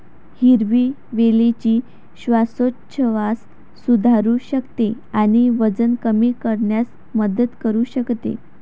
हिरवी वेलची श्वासोच्छवास सुधारू शकते आणि वजन कमी करण्यास मदत करू शकते